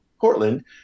portland